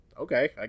okay